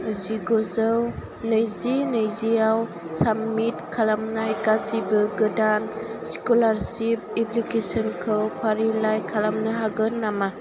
जिगुजौ नैजि नैजियाव साबमिट खालामनाय गासैबो गोदान स्कलारसिप एप्लिकेसनखौ फारिलाइ खालामनो हागोन नामा